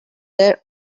their